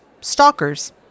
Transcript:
stalkers